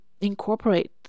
incorporate